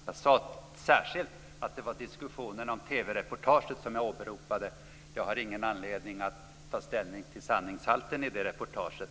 Herr talman! Jag sade särskilt att det var diskussionen om TV-reportaget som jag åberopade. Jag har ingen anledning att ta ställning till sanningshalten i det reportaget.